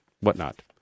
whatnot